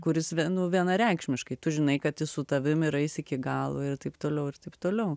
kuris nu vienareikšmiškai tu žinai kad jis su tavim ir eis iki galo ir taip toliau ir taip toliau